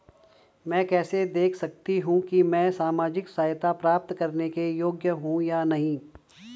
मैं कैसे देख सकती हूँ कि मैं सामाजिक सहायता प्राप्त करने के योग्य हूँ या नहीं?